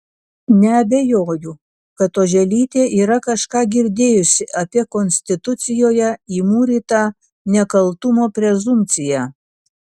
neabejoju kad oželytė yra kažką girdėjusi apie konstitucijoje įmūrytą nekaltumo prezumpciją